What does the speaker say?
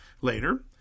later